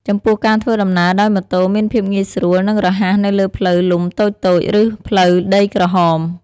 ចំពោះការធ្វើដំណើរដោយម៉ូតូមានភាពងាយស្រួល និងរហ័សនៅលើផ្លូវលំតូចៗ ឬផ្លូវដីក្រហម។